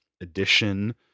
edition